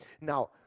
Now